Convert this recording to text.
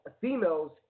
Females